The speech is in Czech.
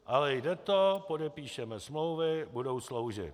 Ale jde to, podepíšeme smlouvy, budou sloužit.